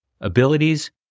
abilities